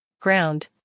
ground